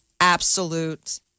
Absolute